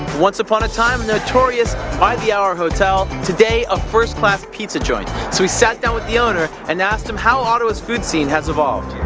once upon a time a notorious by-the-hour hotel, today a first class pizza joint. so we sat down with the owner and asked him how ottawa's food scene has evolved.